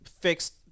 fixed